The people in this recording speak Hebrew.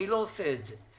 אני לא עושה את זה.